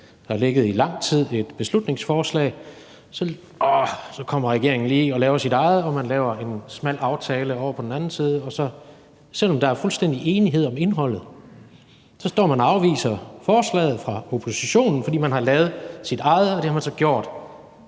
var kommet med et beslutningsforslag, åh, så kommer regeringen lige og laver sit eget, og man laver en smal aftale ovre på den anden side, og så, selv om der er fuldstændig enighed om indholdet, står man og afviser forslaget fra oppositionen, fordi man har lavet sit eget, og det har man så gjort